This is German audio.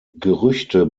gerüchte